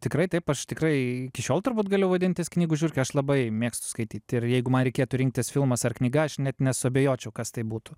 tikrai taip aš tikrai iki šiol turbūt galiu vadintis knygų žiurke aš labai mėgstu skaityt ir jeigu man reikėtų rinktis filmas ar knyga aš net nesuabejočiau kas tai būtų